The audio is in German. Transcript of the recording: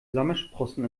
sommersprossen